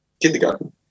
kindergarten